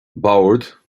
bord